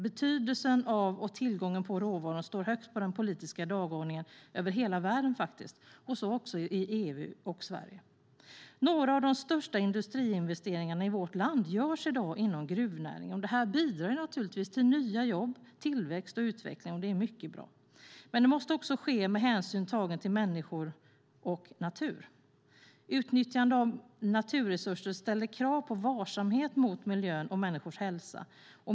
Betydelsen av och tillgången på råvaror står högt på den politiska dagordningen över hela världen, så också i EU och Sverige. Några av de största industriinvesteringarna i vårt land görs i dag inom gruvnäringen. Det bidrar till nya jobb, tillväxt och utveckling. Det är mycket bra, men det måste samtidigt ske med hänsyn tagen till människor och natur. Utnyttjande av naturresurser ställer krav på varsamhet mot miljön och människors hälsa.